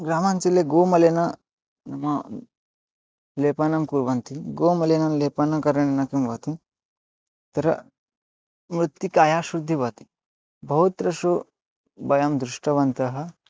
ग्रामाञ्चले गोमलिनं नाम लेपनं कुर्वन्ति गोमलिनं लेपनकरणेन किं भवति तत्र मृत्तिकायाः शुद्धीभवति बहुत्र वयं दृष्टवन्तः